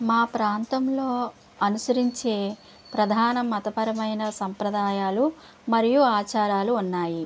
మా ప్రాంతంలో అనుసరించే ప్రధాన మతపరమైన సంప్రదాయాలు మరియు ఆచారాలు ఉన్నాయి